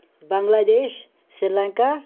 بنٛگلا دیش سَرلنکا